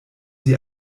sie